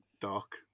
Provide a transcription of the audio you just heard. dark